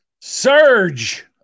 surge